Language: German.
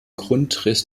grundriss